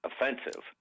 offensive